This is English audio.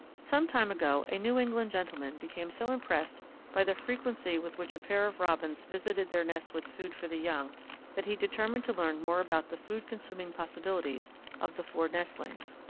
some time ago a new england gentleman became so impressed by the frequency with which a pair of robins visited their nest with food for the young that he determined to learn more about the food-consuming possibilities of the four nestlings.